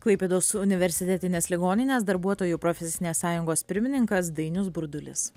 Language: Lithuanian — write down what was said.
klaipėdos universitetinės ligoninės darbuotojų profesinės sąjungos pirmininkas dainius burdulis